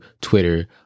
Twitter